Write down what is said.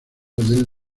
del